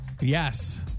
Yes